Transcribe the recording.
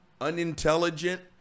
Unintelligent